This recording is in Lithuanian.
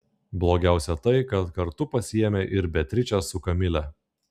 blogiausia tai kad kartu pasiėmė ir beatričę su kamile